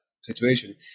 situation